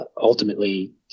ultimately